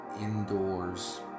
indoors